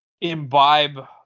imbibe